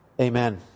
Amen